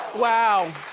wow.